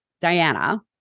Diana